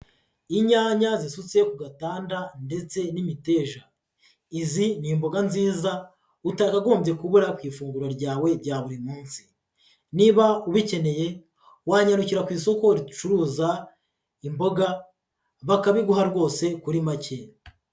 Inyanya zisutse ku gatanda ndetse n'imiteja, izi ni imboga nziza utakagombye kubura ku ifunguro ryawe rya buri munsi, niba ubikeneye wanyarukira ku isoko ricuruza imboga bakabiguha rwose kuri make.